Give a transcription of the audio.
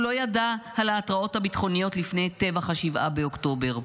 הוא לא ידע על ההתראות הביטחוניות לפני טבח 7 באוקטובר,